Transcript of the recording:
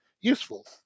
useful